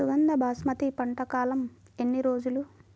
సుగంధ బాస్మతి పంట కాలం ఎన్ని రోజులు?